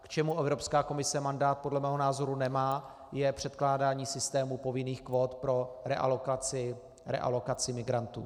K čemu Evropská komise mandát podle mého názoru nemá, je předkládání systémů povinných kvót pro realokaci migrantů.